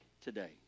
today